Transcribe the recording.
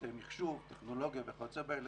היבטי מחשוב, טכנולוגיה וכיוצא באלה,